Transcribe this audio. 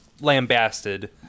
lambasted